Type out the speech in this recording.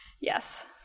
Yes